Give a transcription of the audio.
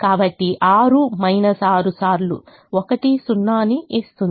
కాబట్టి 6 6 సార్లు 1 0 ని ఇస్తుంది